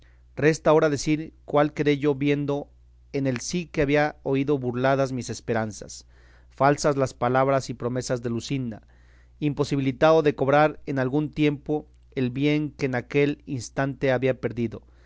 resta ahora decir cuál quedé yo viendo en el sí que había oído burladas mis esperanzas falsas las palabras y promesas de luscinda imposibilitado de cobrar en algún tiempo el bien que en aquel instante había perdido